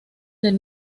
del